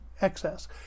excess